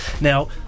Now